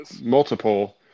multiple